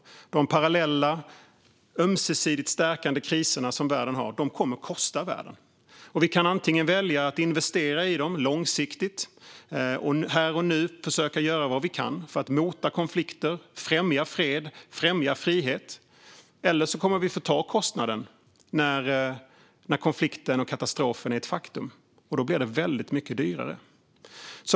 De parallella, ömsesidigt stärkande kriser som världen har kommer att kosta världen. Vi kan antingen välja att investera i dem långsiktigt och här och nu försöka göra vad vi kan för att mota konflikter och främja fred och frihet, eller så kommer vi att få ta kostnaden när konflikten och katastrofen är ett faktum. Då blir det väldigt mycket dyrare.